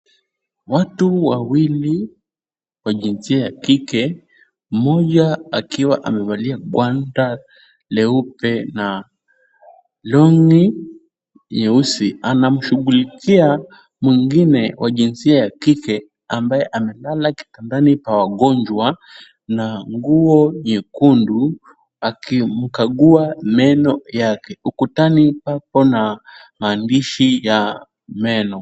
Watu wawili wa jinsia ya kike mmoja akiwa amevalia gwanda leupe na long'i nyeusi anamshughulikia mwingine wa jinsia ya kike ambaye amelala kitandani pa wagonjwa na nguo nyekundu akimkagua meno yake. Ukutani pako na maandishi ya meno.